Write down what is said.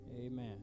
Amen